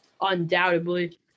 undoubtedly